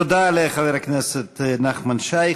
תודה לחבר הכנסת נחמן שי.